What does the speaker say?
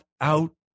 out